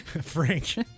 Frank